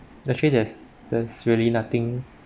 actually there's there's really nothing